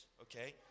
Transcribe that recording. okay